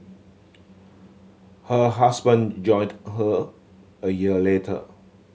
her husband joined her a year later